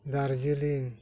Darjeeling